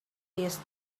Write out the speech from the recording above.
this